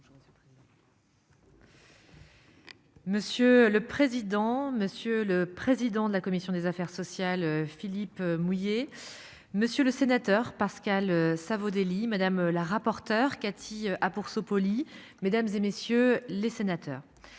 Monsieur le président, monsieur le président de la commission des affaires sociales Philippe mouiller. Monsieur le sénateur, Pascal Savoldelli madame la rapporteure Cathy ah pour se. Mesdames, et messieurs les sénateurs.